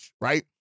right